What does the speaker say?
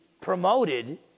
promoted